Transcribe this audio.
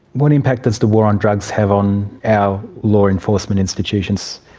what impact does the war on drugs have on our law enforcement institutions?